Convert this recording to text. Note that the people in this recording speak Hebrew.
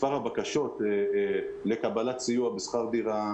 מס' הבקשות לקבלת סיוע בשכר דירה,